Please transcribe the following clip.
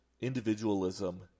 individualism